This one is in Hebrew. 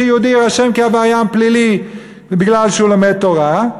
שיהודי יירשם כעבריין פלילי מכיוון שהוא לומד תורה.